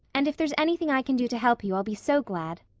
and if there's anything i can do to help you i'll be so glad.